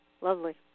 Lovely